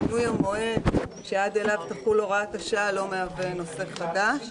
המועד שעד אליו תחול הוראת השעה לא מהווה נושא חדש.